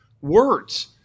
words